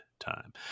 time